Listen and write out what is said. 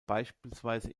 beispielsweise